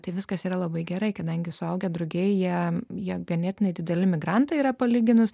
tai viskas yra labai gerai kadangi suaugę drugiai jam jau ganėtinai dideli migrantai yra palyginus